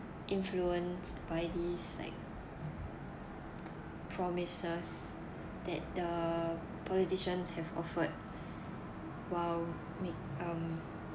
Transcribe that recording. influenced by these like promises that the politicians have offered while make um